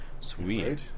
Sweet